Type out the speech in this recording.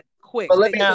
quick